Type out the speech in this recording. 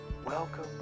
Welcome